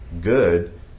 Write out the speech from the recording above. good